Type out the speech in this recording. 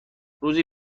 روزی